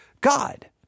God